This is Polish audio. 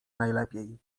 najlepiej